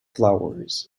flowers